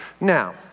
Now